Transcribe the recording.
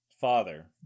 father